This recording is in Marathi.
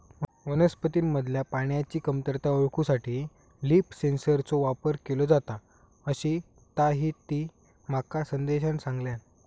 वनस्पतींमधल्या पाण्याची कमतरता ओळखूसाठी लीफ सेन्सरचो वापर केलो जाता, अशीताहिती माका संदेशान सांगल्यान